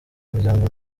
muryango